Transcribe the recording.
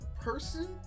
person